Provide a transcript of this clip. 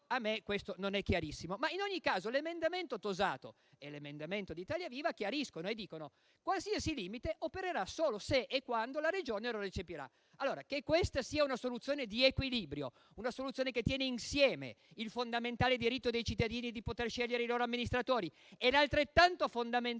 a me questo non è chiarissimo. In ogni caso l'emendamento presentato dal senatore Tosato e l'emendamento di Italia Viva sono chiarissimi e dicono che qualsiasi limite opererà solo se e quando la Regione lo recepirà. Che questa sia una soluzione di equilibrio e che tiene insieme il fondamentale diritto dei cittadini di poter scegliere i loro amministratori e l'altrettanto fondamentale